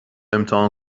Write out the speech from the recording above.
امتحان